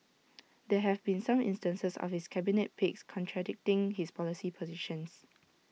there have been some instances of his cabinet picks contradicting his policy positions